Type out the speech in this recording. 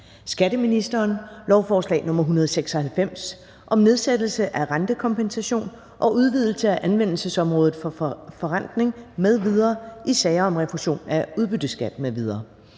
Skatteministeren (Jeppe Bruus): Lovforslag nr. L 196 (Nedsættelse af rentekompensation og udvidelse af anvendelsesområdet for forrentning m.v. i sager om refusion af udbytteskat m.v.,